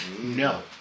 No